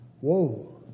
Whoa